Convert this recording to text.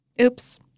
Oops